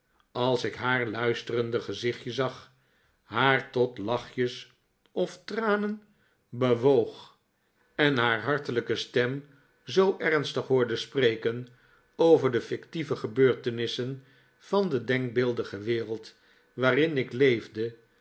als ik haar luisterende gezichtje zag haar tot lachjes of tranen bewoog en haar hartelijke stem zoo ernstig hoorde spreken over de fictieve gebeurtenissen van de denkbeeldige wereld waarin ik leefde